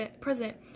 present